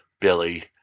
Billy